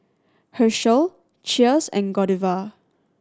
Herschel Cheers and Godiva